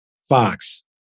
Fox